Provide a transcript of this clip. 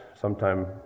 sometime